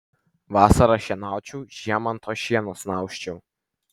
vasarą šienaučiau žiemą ant to šieno snausčiau